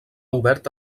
obert